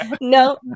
No